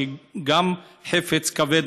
שגם עליו נפל חפץ כבד,